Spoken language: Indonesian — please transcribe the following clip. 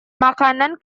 makanan